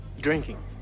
Drinking